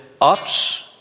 ups